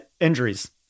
Injuries